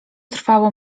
trwało